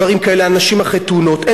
אנשים אחרי תאונות.